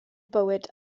bywyd